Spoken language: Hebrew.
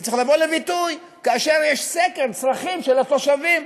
זה צריך לבוא לביטוי כאשר יש סקר צרכים של התושבים.